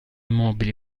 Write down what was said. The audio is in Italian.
mobili